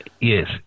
Yes